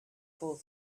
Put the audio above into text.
fall